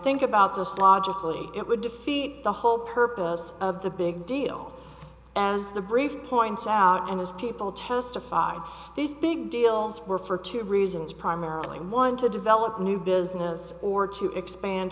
think about this logically it would defeat the whole purpose of the big deal as the brief points out and as people testified big deals were for two reasons primarily one to develop new business or to expand